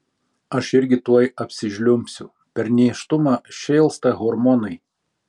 aš irgi tuoj apsižliumbsiu per nėštumą šėlsta hormonai